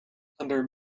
under